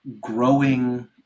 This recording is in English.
growing